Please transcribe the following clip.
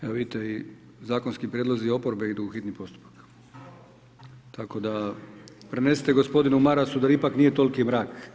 Evo vidite i zakonski prijedlozi oporbe idu u hitni postupak, tako da prenesite gospodinu Marasu da ipak nije toliki mrak.